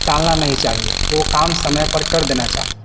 टालना नहीं चाहिए वो काम समय पर कर देना चाहिए